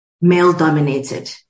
male-dominated